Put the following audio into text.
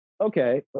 okay